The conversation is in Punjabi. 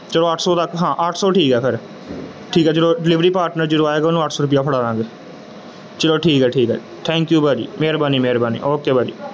ਚੱਲੋ ਅੱਠ ਸੌ ਰੱਖ ਹਾਂ ਅੱਠ ਸੌ ਠੀਕ ਆ ਫਿਰ ਠੀਕ ਆ ਜਦੋਂ ਡਿਲੀਵਰੀ ਪਾਰਟਨਰ ਜਦੋਂ ਆਵੇਗਾ ਉਹਨੂੰ ਅੱਠ ਸੌ ਰੁਪਈਆ ਫੜਾ ਦਾਂਗੇ ਚੱਲੋ ਠੀਕ ਹੈ ਠੀਕ ਹੈ ਥੈਂਕ ਯੂ ਭਾਅ ਜੀ ਮਿਹਰਬਾਨੀ ਮਿਹਰਬਾਨੀ ਓਕੇ ਭਾਅ ਜੀ